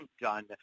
done